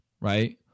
right